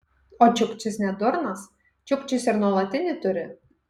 o čiukčis ne durnas čiukčis ir nuolatinį turi